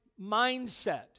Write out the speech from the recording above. mindset